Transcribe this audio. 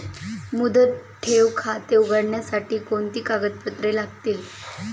मुदत ठेव खाते उघडण्यासाठी कोणती कागदपत्रे लागतील?